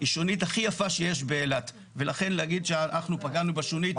היא שונית הכי יפה שיש באילת ולכן להגיד שאנחנו פגענו בשונית.